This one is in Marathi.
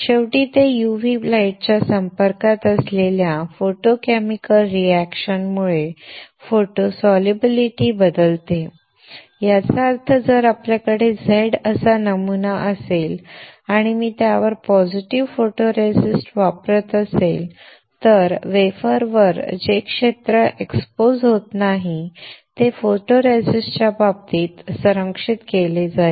शेवटी ते UV प्रकाशाच्या संपर्कात असलेल्या फोटोकेमिकल रिएक्शन मुळे फोटो सोल्युबीलिटी बदलते याचा अर्थ जर आपल्याकडे Z असा नमुना असेल आणि मी त्यावर पॉझिटिव्ह फोटोरेसिस्ट वापरत असेल तर वेफरवर जे क्षेत्र एक्सपोज होत नाही ते फोटोरेसिस्टच्या बाबतीत संरक्षित केले जाईल